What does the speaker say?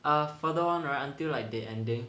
ah further on right until like they ending